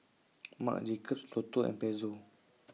Marc Jacobs Lotto and Pezzo